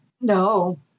No